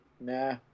Nah